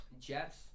Jets